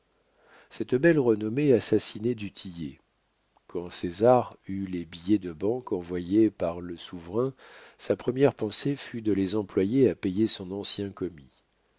cette belle renommée assassinait du tillet quand césar eut les billets de banque envoyés par le souverain sa première pensée fut de les employer à payer son ancien commis